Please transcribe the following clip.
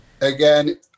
Again